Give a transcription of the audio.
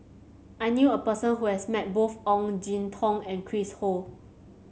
I knew a person who has met both Ong Jin Teong and Chris Ho